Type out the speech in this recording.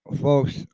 folks